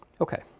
Okay